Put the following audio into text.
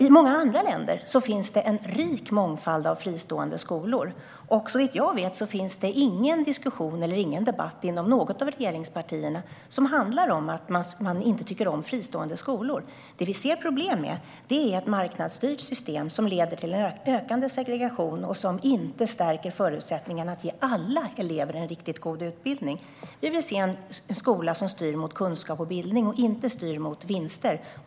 I många andra länder finns en rik mångfald av fristående skolor. Såvitt jag vet finns det ingen diskussion eller debatt inom något av regeringspartierna som handlar om att man inte tycker om fristående skolor. Vi ser dock problem med ett marknadsstyrt system som leder till ökande segregation och som inte stärker förutsättningarna för att ge alla elever en riktigt god utbildning. Vi vill se en skola som styr mot kunskap och bildning, inte mot vinster.